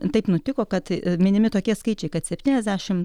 taip nutiko kad minimi tokie skaičiai kad septyniasdešim